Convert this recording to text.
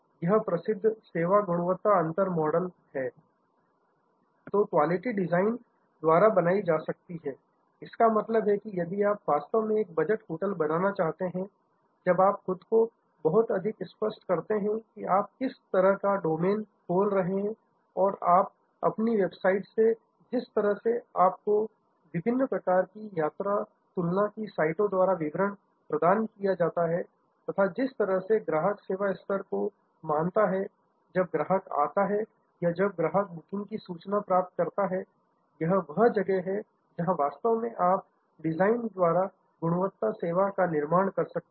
यह प्रसिद्ध सेवा गुणवत्ता अंतर model service quality gap model है तो क्वालिटी डिजाइन द्वारा बनाई जा सकती है इसका मतलब है कि यदि आप वास्तव में एक बजट होटल बनाना चाहते हैं जब आप खुद को बहुत अधिक स्पष्ट करते हैं कि आप किस तरह का डोमेन खोल रहे हैं और अपनी वेबसाइट से जिस तरह से आप को विभिन्न प्रकार की यात्रा तुलना की साइटों द्वारा विवरण प्रदान किया जाता है तथा जिस तरह से ग्राहक सेवा स्तर को मानता है जब ग्राहक आता है या जब ग्राहक बुकिंग की सूचना प्राप्त करता है यह वह जगह है जहां वास्तव में आप डिजाइन द्वारा गुणवत्ता सेवा का निर्माण कर सकते हैं